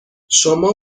شما